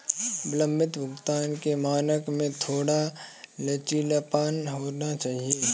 विलंबित भुगतान के मानक में थोड़ा लचीलापन होना चाहिए